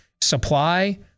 supply